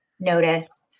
notice